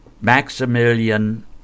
Maximilian